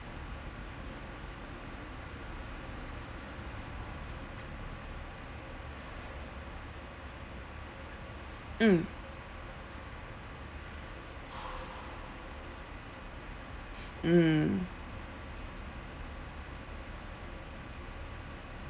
mm mm